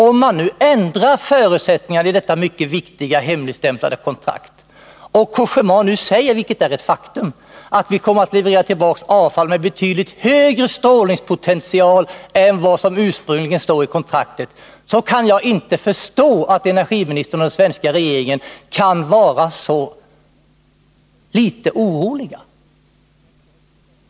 Om man nu ändrar förutsättningarna i detta mycket viktiga, hemligstämplade kontrakt och Cogéma säger — vilket är ett faktum — att företaget kommer att återleverera avfall med betydligt högre strålningpotential än vad som står i det ursprungliga kontraktet, så kan jag inte förstå hur arbetsmarknadsministern och den svenska regeringen kan vara så föga oroliga.